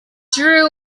drew